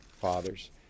fathers